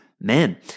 men